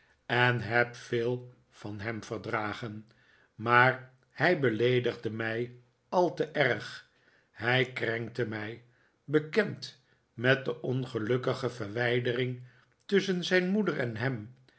en heb veel van hem verdragen maar hij beleedigde mij al te erg hij krenkte mij bekend met de ongelukkige verwijdering tusschen zijn moeder en hem